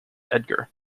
edgar